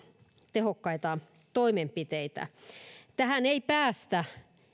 tehokkaita toimenpiteitä tähän ei päästä